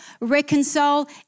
reconcile